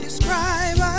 Describe